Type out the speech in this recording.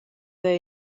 era